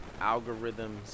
algorithms